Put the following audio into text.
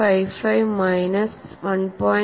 55 minus 1